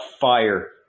fire